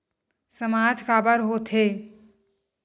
सामाज काबर हो थे?